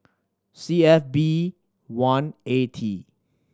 C F B one A T